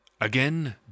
Again